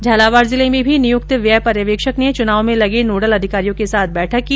झालावाड जिले में भी नियुक्त व्यय पर्यवेक्षक ने चुनाव मे लगे नोडल अधिकारियों के साथ बैठक की